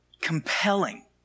compelling